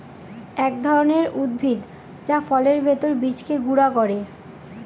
এক ধরনের উদ্ভিদ যা ফলের ভেতর বীজকে গুঁড়া করে